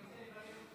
יעקב,